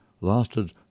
lasted